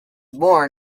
born